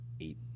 Eight